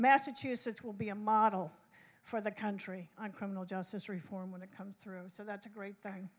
massachusetts will be a model for the country on criminal justice reform when it comes through so that's a great